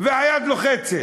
והיד לוחצת.